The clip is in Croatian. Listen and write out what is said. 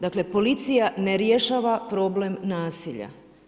Dakle, policija ne rješava problem nasilja.